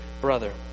brother